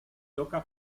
toca